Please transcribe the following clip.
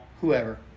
whoever